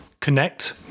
connect